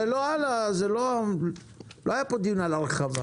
לא היה פה דיון על הרחבה.